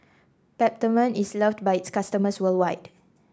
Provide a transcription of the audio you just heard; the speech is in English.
Peptamen is loved by its customers worldwide